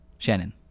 Shannon